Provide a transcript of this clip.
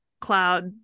cloud